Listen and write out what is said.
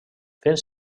fent